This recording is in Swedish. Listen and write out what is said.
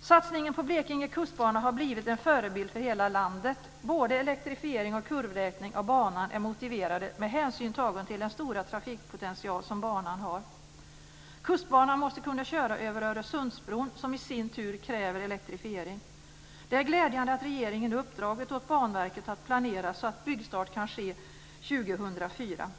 Satsningen på Blekinge kustbana har blivit en förebild för hela landet. Både elektrifiering och kurvrätning av banan är motiverade med hänsyn tagen till den stora trafikpotential som banan har. Kustbanan måste kunna köra över Öresundsbron som i sin tur kräver elektrifiering. Det är glädjande att regeringen nu uppdragit åt Banverket att planera så att byggstart kan ske 2004.